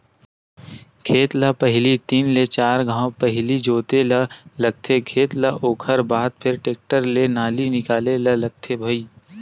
खेत ल पहिली तीन ले चार घांव पहिली जोते ल लगथे खेत ल ओखर बाद फेर टेक्टर ले नाली निकाले ल लगथे भई